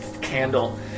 candle